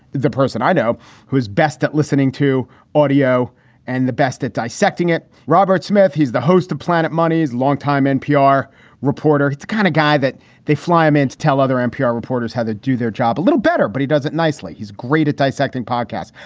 the person i know who's best at listening to audio and the best at dissecting it. robert smith, he's the host of planet money's longtime npr reporter. it's kind of guy that they fly um and fleischmann's. tell other npr reporters how to do their job a little better, but he does it nicely. he's great at dissecting podcasts.